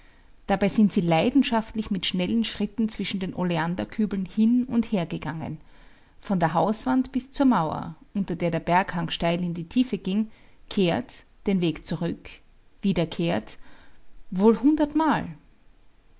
dabei sind sie leidenschaftlich mit schnellen schritten zwischen den oleanderkübeln hin und her gegangen von der hauswand bis zu der mauer unter der der berghang steil in die tiefe ging kehrt den weg zurück wieder kehrt wohl hundertmal